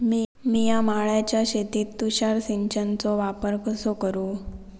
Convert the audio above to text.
मिया माळ्याच्या शेतीत तुषार सिंचनचो वापर कसो करू?